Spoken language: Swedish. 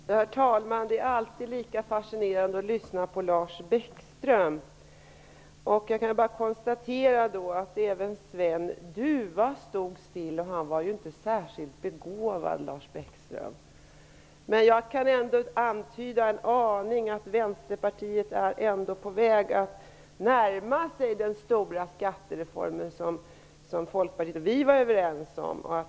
Herr talman! Det är alltid lika fascinerande att lyssna på Lars Bäckström. Jag kan bara konstatera att även Sven Dufva stod still, och han var inte särskilt begåvad, Lars Bäckström. Men jag kan ändå ana att Vänsterpartiet är på väg att närma sig den stora skattereformen som Folkpartiet och vi var överens om.